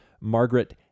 Margaret